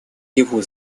его